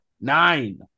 Nine